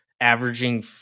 averaging